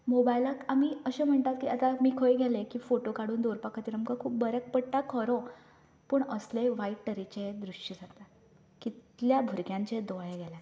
मोबायलाक आमी अशें म्हणटात की आतां आमी खंय गेले की फोटो काडून दवरपा खातीर आमकां खूब बऱ्याक पडटा खरो पूण असलेय वायट तरेचे गोश्टी जातात कितल्या भुरग्यांचे दोळे